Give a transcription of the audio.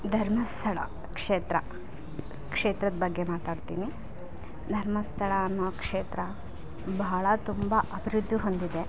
ಧರ್ಮಸ್ಥಳ ಕ್ಷೇತ್ರ ಕ್ಷೇತ್ರದ ಬಗ್ಗೆ ಮಾತಾಡ್ತೀನಿ ಧರ್ಮಸ್ಥಳ ಅನ್ನೋ ಕ್ಷೇತ್ರ ಬಹಳ ತುಂಬಾ ಅಭಿವೃದ್ಧಿ ಹೊಂದಿದೆ